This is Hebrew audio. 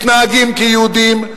מתנהגים כיהודים,